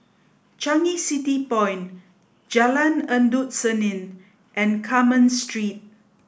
Changi City Point Jalan Endut Senin and Carmen Street